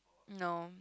no